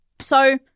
So-